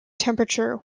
temperature